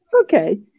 Okay